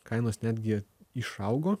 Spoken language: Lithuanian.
kainos netgi išaugo